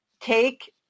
Take